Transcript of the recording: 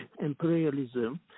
imperialism